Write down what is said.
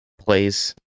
plays